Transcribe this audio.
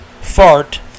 fart